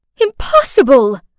Impossible